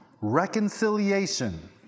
Reconciliation